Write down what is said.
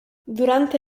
durante